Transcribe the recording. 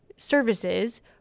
services